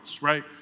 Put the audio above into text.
right